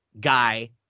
Guy